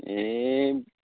ए